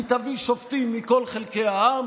היא תביא שופטים מכל חלקי העם,